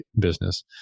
business